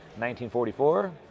1944